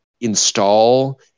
install